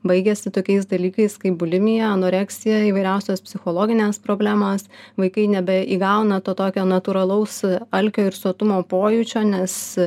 baigiasi tokiais dalykais kaip bulimija anoreksija įvairiausios psichologinės problemos vaikai nebe įgauna to tokio natūralaus alkio ir sotumo pojūčio nes